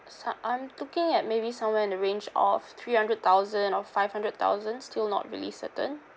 so I'm looking at maybe somewhere in the range of three hundred thousand or five hundred thousand still not really certain